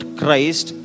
Christ